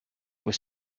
was